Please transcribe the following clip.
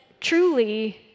truly